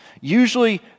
usually